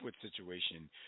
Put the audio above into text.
situation